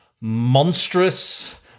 monstrous